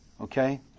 Okay